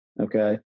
Okay